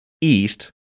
east